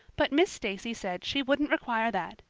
but miss stacy said she wouldn't require that,